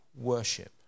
worship